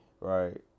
Right